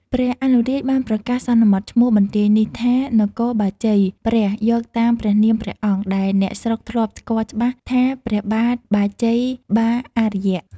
ព្រះអនុរាជបានប្រកាសសន្មតឈ្មោះបន្ទាយនេះ ថា នគរបាជ័យព្រះយកតាមព្រះនាមព្រះអង្គដែលអ្នកស្រុកធ្លាប់ស្គាល់ច្បាស់ថាព្រះបាទបាជ័យបាអារ្យ ។